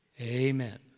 Amen